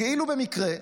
כאילו במקרה,